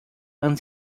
han